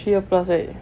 three year plus right